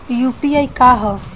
UPI का ह?